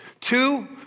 Two